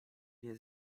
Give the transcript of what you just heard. nie